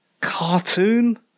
cartoon